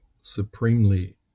supremely